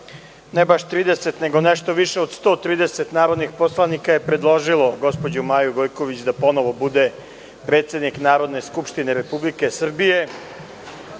ne baš 30, nego nešto više od 130 narodnih poslanika je predložilo gospođu Maju Gojković da ponovo bude predsednik Narodne skupštine Republike Srbije